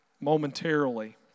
momentarily